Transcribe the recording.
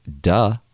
duh